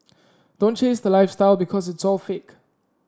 don't chase the lifestyle because it's all fake